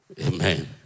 Amen